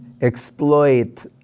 exploit